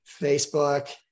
Facebook